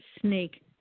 snake